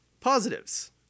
Positives